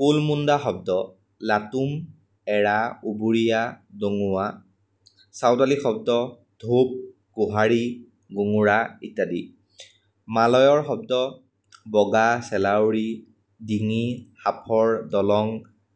কুল মুণ্ডা শব্দ লাটুম এৰা উবুৰীয়া ডঙুৱা চাওঁতালী শব্দ ধূপ পোহাৰী গোঙোৰা ইত্যাদি মালয়ৰ শব্দ বগা চেলাউৰী ডিঙি সাঁফৰ দলং